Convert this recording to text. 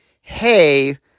hey